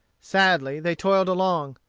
sadly they toiled along.